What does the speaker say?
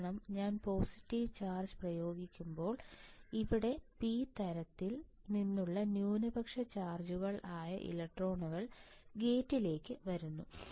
കാരണം ഞാൻ positive charge പ്രയോഗിക്കുമ്പോൾ ഇവിടെ പി തരത്തിൽ നിന്നുള്ള ന്യൂനപക്ഷ ചാർജുകൾ ആയ ഇലക്ട്രോണുകൾ ഗേറ്റിലേക്ക് വരുന്നു